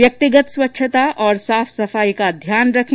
व्यक्तिगत स्वच्छता और साफ सफाई का ध्यान रखें